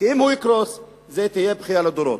כי אם הוא יקרוס זאת תהיה בכייה לדורות.